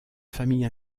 famille